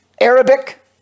Arabic